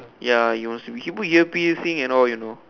ya he wants to be he put ear piercing and all you know